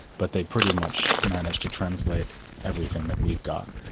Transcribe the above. but they pretty much managed to translate everything that we've got.